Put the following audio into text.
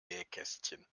nähkästchen